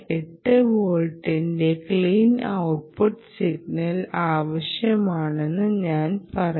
8 വോൾട്ടിന്റെ clean output signal ആവശ്യമാണെന്ന് ഞാൻ പറയും